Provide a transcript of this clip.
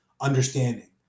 understanding